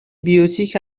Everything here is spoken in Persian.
بیوتیک